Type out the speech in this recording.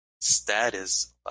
status